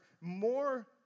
more